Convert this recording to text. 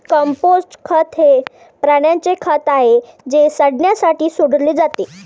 compost खत हे प्राण्यांचे खत आहे जे सडण्यासाठी सोडले जाते